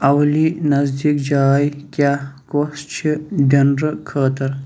اَولی نزدیٖک جاے کیٛاہ کۄس چھِ ڈِنرٕ خٲطٕر